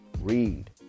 Read